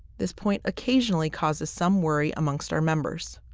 this point occasionally causes some worry amongst our members.